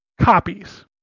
copies